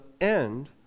end